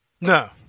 No